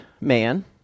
man